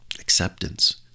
acceptance